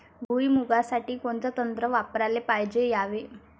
भुइमुगा साठी कोनचं तंत्र वापराले पायजे यावे?